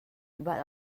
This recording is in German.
überall